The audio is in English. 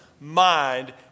mind